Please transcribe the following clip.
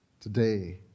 today